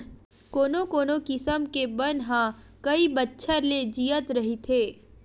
कोनो कोनो किसम के बन ह कइ बछर ले जियत रहिथे